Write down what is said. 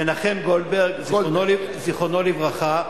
מנחם גולדברג, זיכרונו לברכה.